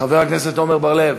חבר הכנסת עמר בר-לב,